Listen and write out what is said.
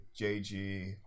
jg